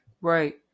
right